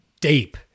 deep